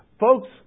Folks